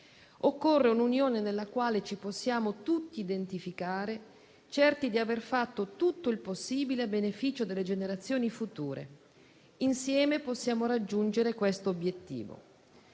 Occorre un'Unione europea nella quale ci possiamo tutti identificare, certi di aver fatto tutto il possibile a beneficio delle generazioni future. Insieme possiamo raggiungere quest'obiettivo».